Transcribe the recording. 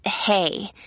hey